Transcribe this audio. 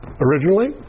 originally